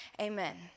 Amen